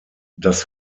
das